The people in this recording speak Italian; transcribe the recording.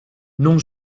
non